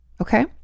Okay